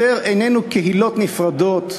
יותר איננו קהילות נפרדות,